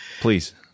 please